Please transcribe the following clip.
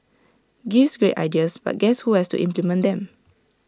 gives great ideas but guess who has to implement them